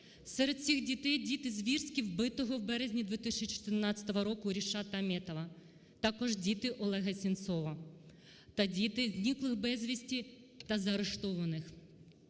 Серед цих дітей діти звірськи вбитого в березні 2014 року Рішата Аметова, також діти Олега Синцова та діти зниклих без вісті та заарештованих.